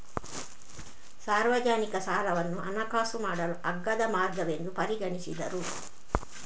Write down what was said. ಸಾರ್ವಜನಿಕ ಸಾಲವನ್ನು ಹಣಕಾಸು ಮಾಡಲು ಅಗ್ಗದ ಮಾರ್ಗವೆಂದು ಪರಿಗಣಿಸಿದರು